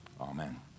Amen